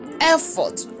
effort